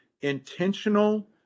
intentional